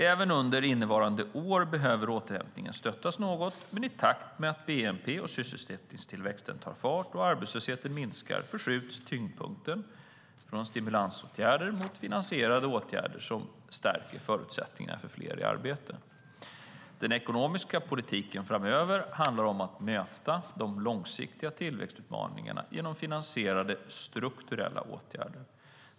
Även under innevarande år behöver återhämtningen stöttas något, men i takt med att bnp och sysselsättningstillväxten tar fart och arbetslösheten minskar förskjuts tyngdpunkten från stimulansåtgärder mot finansierade åtgärder som stärker förutsättningarna för fler i arbete. Den ekonomiska politiken framöver handlar om att möta de långsiktiga tillväxtutmaningarna genom finansierade strukturella åtgärder.